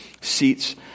seats